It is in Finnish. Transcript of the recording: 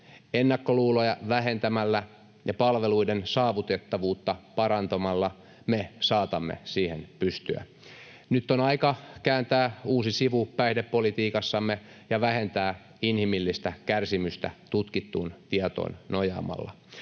Ennakkoluuloja vähentämällä ja palveluiden saavutettavuutta parantamalla me saatamme siihen pystyä. Nyt on aika kääntää uusi sivu päihdepolitiikassamme ja vähentää inhimillistä kärsimystä tutkittuun tietoon nojaamalla.